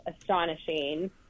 astonishing